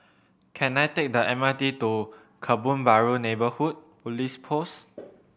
can I take the M R T to Kebun Baru Neighbourhood Police Post